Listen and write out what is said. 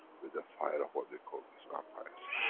with the fire of what we call, these vampires.